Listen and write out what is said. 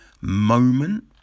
Moment